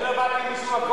אני לא באתי משום מקום.